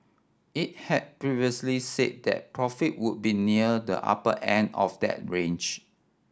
it had previously said that profit would be near the upper end of that range